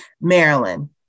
Maryland